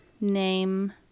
name